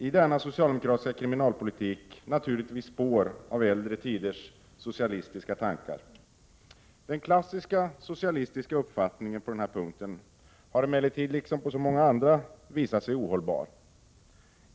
I denna socialdemokratiska kriminalpolitik finner vi naturligtvis spår av äldre tiders socialistiska tankar. Den klassiska socialistiska uppfattningen på denna punkt har emellertid, liksom på så många andra, visat sig ohållbar.